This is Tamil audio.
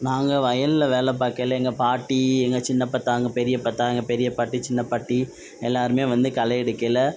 நாங்கள் வயலில் வேலை பார்க்கையில எங்கள் பாட்டி எங்கள் சின்ன அப்பத்தா எங்கள் பெரிய அப்பத்தா எங்கள் பெரிய பாட்டி சின்ன பாட்டி எல்லோருமே வந்து களை எடுக்கையில்